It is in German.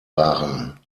waren